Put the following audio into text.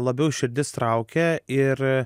labiau širdis traukia ir